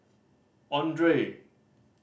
Andre